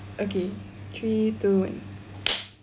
okay three two one